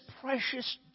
precious